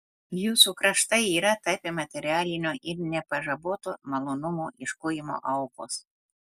jūsų kraštai yra tapę materialinio ir nepažaboto malonumų ieškojimo aukos